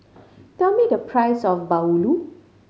tell me the price of bahulu